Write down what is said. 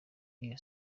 iyo